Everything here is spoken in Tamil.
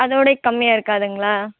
அதோடய கம்மியாக இருக்காதுங்களா